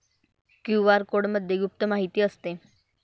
QR कोडमध्ये गुप्त माहिती असते